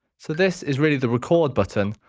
so this is really the record button.